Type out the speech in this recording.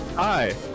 Hi